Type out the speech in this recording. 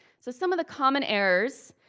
so some of the common errors.